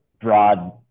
broad